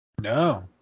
No